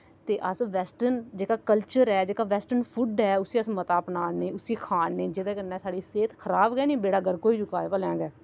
ते अस वैसटर्न जेहका कल्चर ऐ जेह्का वैसटर्न फूड ऐ उस्सी अस मता अपना ने उस्सी खा ने जेह्दे कन्नै साढ़ी सेह्त खराब गै निं बेड़ा गर्क होई चुकां भलेआं गै